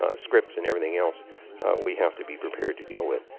ah scripts, and everything else we have to be prepared to deal with.